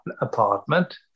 apartment